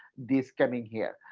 these coming here.